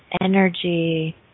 energy